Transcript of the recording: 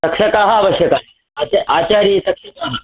रक्षकाः आवश्यकाः चेत् आचार्यरक्षकाः